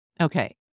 Okay